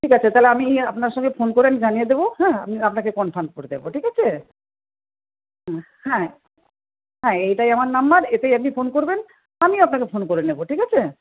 ঠিক আছে তাহলে আমি আপনার সঙ্গে ফোন করে আমি জানিয়ে দেব হ্যাঁ আমি আপনাকে কনফার্ম করে দেব ঠিক আছে হ্যাঁ হ্যাঁ হ্যাঁ এটাই আমার নাম্বার এটায় আপনি ফোন করবেন আমিও আপনাকে ফোন করে নেব ঠিক আছে